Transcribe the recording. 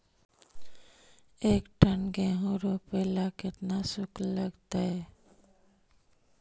एक टन गेहूं रोपेला केतना शुल्क लगतई?